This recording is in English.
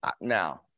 Now